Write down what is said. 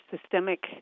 systemic